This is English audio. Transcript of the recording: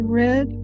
red